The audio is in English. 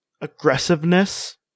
aggressiveness